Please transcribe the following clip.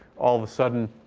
all of a sudden